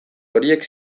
horiek